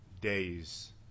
days